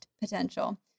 Potential